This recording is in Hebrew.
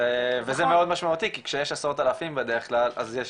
זה וזה מאוד משמעותי כי כשיש עשרות אלפים בדרך כלל אז יש